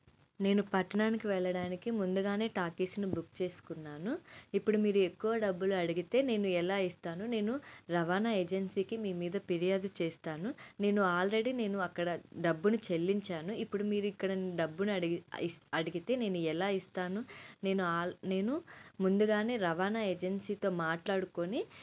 నేను పట్టణానికి వెళ్ళడానికి ముందుగానే టాక్సీని బుక్ చేసుకున్నాను ఇప్పుడు మీరు ఎక్కువ డబ్బులు అడిగితే నేను ఎలా ఇస్తాను నేను రవాణా ఏజెన్సీకి మీ మీద ఫిర్యాదు చేస్తాను నేను ఆల్రెడీ నేను అక్కడ డబ్బును చెల్లించాను ఇప్పుడు మీరు ఇక్కడ డబ్బును అడిగి ఇస్ అడిగితే నేను ఎలా ఇస్తాను నేను ఆల్ నేను ముందుగానే రవాణా ఏజెన్సీతో మాట్లాడుకొని